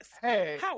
Hey